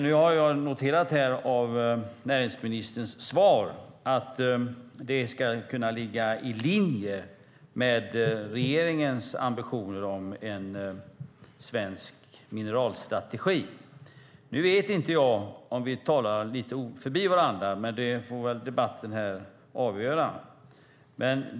Nu har jag noterat här av näringsministerns svar att det ska kunna ligga i linje med regeringens ambitioner om en svensk mineralstrategi. Jag vet inte om vi talar förbi varandra lite grann, men det får väl debatten här avgöra.